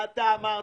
וגם אתה אמרת,